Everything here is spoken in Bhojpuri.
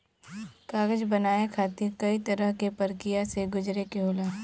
कागज बनाये खातिर कई तरह क परकिया से गुजरे के होला